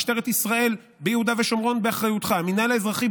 משטרת ישראל ביהודה ושומרון באחריותך,